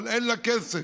אבל אין לה כסף,